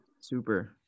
Super